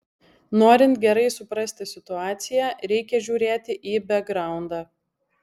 norint gerai suprasti situaciją reikia žiūrėti į bekgraundą